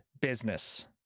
business